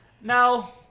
Now